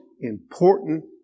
important